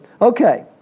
okay